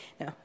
No